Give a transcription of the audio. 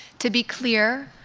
to be clear,